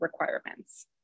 requirements